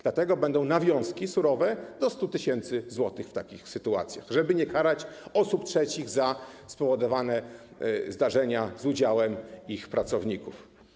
Dlatego będą surowe nawiązki, do 100 tys. zł, w takich sytuacjach, żeby nie karać osób trzecich za spowodowane zdarzenia z udziałem ich pracowników.